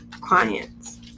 Clients